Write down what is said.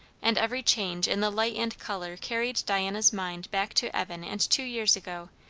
and every change in the light and colour carried diana's mind back to evan and two years ago,